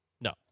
No